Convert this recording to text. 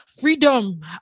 freedom